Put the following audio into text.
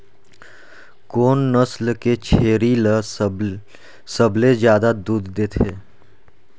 कोन नस्ल के छेरी ल सबले ज्यादा दूध देथे?